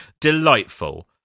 delightful